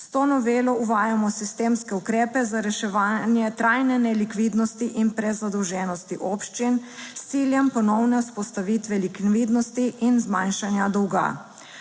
S to novelo uvajamo sistemske ukrepe za reševanje trajne nelikvidnosti in prezadolženosti občin s ciljem ponovne vzpostavitve likvidnosti in zmanjšanja dolga.